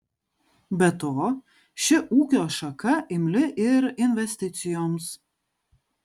be to ši ūkio šaka imli ir investicijoms